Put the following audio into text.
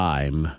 Time